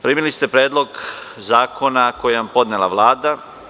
Primili ste Predlog zakona koji je podnela Vlada.